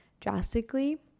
drastically